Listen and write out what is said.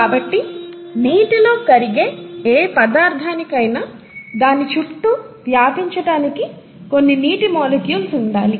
కాబట్టి నీటిలో కరిగే ఏ పదార్ధానికైనా దాని చుట్టూ వ్యాపించటానికి కొన్ని నీటి మాలిక్యూల్స్ ఉండాలి